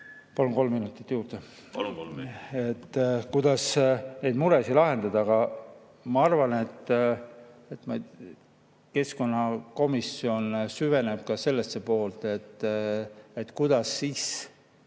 Palun! Kolm minutit. ... kuidas neid muresid lahendada. Aga ma arvan, et keskkonnakomisjon süveneb ka sellesse poolde, kuidas